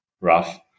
rough